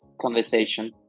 conversation